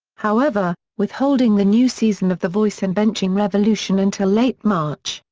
however, withholding the new season of the voice and benching revolution until late march,